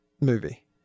movie